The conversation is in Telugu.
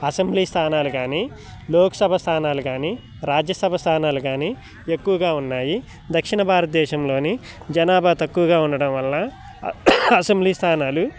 అసెంబ్లీ స్థానాలు కానీ లోక్సభ స్థానాలు కానీ రాజ్యసభ స్థానాలు కానీ ఎక్కువగా ఉన్నాయి దక్షిణ భారతదేశంలోని జనాభా తక్కువగా ఉండడం వల్ల అసెంబ్లీ స్థానాలు